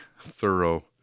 thorough